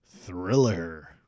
Thriller